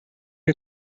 out